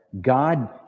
God